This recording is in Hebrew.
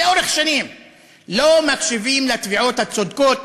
לאורך שנים לא מקשיבים לתביעות הצודקות,